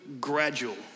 gradual